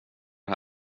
det